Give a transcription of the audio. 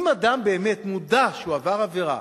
אם אדם באמת מודע שהוא עבר עבירה,